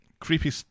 creepy